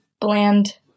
bland